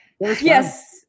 Yes